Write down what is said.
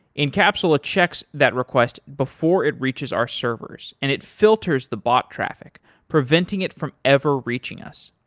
incapsula checks that request before it reaches our servers and it filters the bot traffic preventing it from ever reaching us.